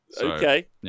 Okay